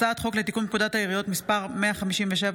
הצעת חוק לתיקון פקודת העיריות (מס' 157),